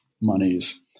monies